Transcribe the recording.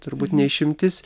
turbūt ne išimtis